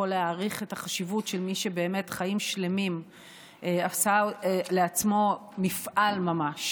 יכול להעריך את החשיבות של מי שבאמת חיים שלמים עשה לעצמו מפעל ממש